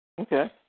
Okay